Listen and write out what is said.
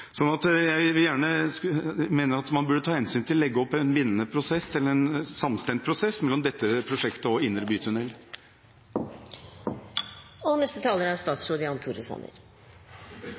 Jeg mener at man burde ta hensyn til det og legge opp en bindende prosess eller en samstemt prosess mellom det nye regjeringskvartalet og indre by-tunnel. Jeg mener at det er viktige perspektiver som Jan